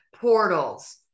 portals